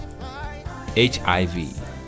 HIV